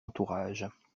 entourage